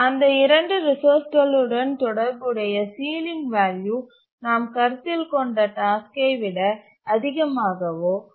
அந்த இரண்டு ரிசோர்ஸ்ங்களுடன் தொடர்புடைய சீலிங் வேல்யூ நாம் கருத்தில் கொண்ட டாஸ்க்யை விட அதிகமாகவோ அல்லது சமமாகவோ இருக்க வேண்டும்